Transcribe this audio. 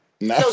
No